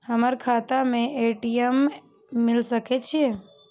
हमर खाता में ए.टी.एम मिल सके छै?